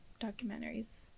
documentaries